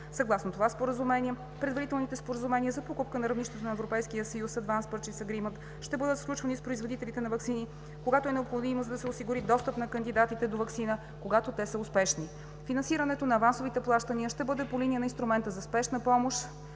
Съгласно това Споразумение предварителните споразумения за покупка на равнище Европейски съюз (Advance Purchase Agreement) ще бъдат сключвани с производители на ваксини, когато е необходимо, за да се осигури достъп на кандидатите до ваксина, когато те са успешни. Финансирането на авансовите плащания ще бъде по линия на Инструмента за спешна помощ